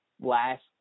last